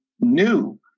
new